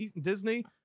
Disney